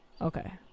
Okay